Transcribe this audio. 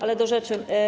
Ale do rzeczy.